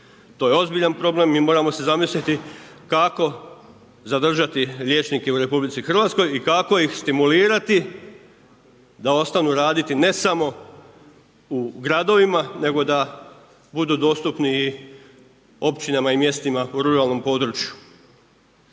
to je ozbiljan problem, mi moramo se zamisliti kako zadržati liječnike u RH i kako ih stimulirati da ostanu raditi ne samo u gradovima nego da budu dostupni i općinama i mjestima u ruralnom području.